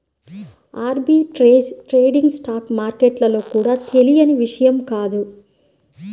arbitrage trading stock మార్కెట్లలో కూడా తెలియని విషయం కాదు